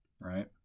Right